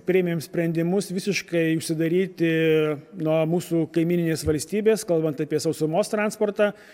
priėmėm sprendimus visiškai užsidaryti nuo mūsų kaimyninės valstybės kalbant apie sausumos transportą